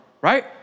right